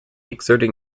exerting